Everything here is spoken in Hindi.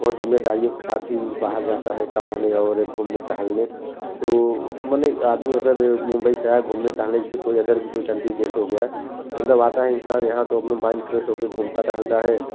बहुत ज़िम्मेदारियों के साथ ही बाहर जाता है कमाने और घूमने टहलने तो मने आदमी अगर मुम्बई शहर घूमने टहलने जैसे कोई अगर कोई कंट्री देश हो गया मतलब आता है इंसान यहाँ तो माइंड फ्रेश होकर घूमता टहलता है